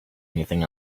anything